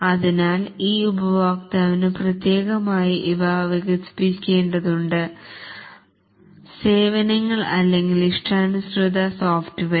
അതിനാൽ ഈ ഉപഭോക്താവിന് പ്രത്യേകമായി ഇവ വികസിപ്പിക്കേണ്ടതുണ്ട് ആണ് സേവനങ്ങൾ അല്ലെങ്കിൽ ഇഷ്ടാനുസൃത സോഫ്റ്റ് വെയർ